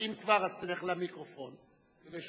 אבל אם כבר, תלך למיקרופון, כדי